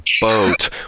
boat